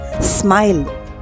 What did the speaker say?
smile